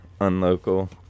unlocal